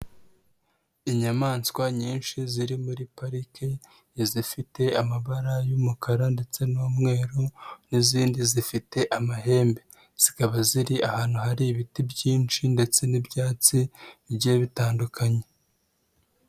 Inyamaswa nyinshi ziri muri parike izifite amabara y'umukara ndetse n'umweru n'izindi zifite amahembe, zikaba ziri ahantu hari ibiti byinshi ndetse n'ibyatsi bigiye bitandukanye.